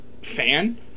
Fan